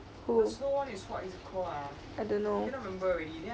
who I don't know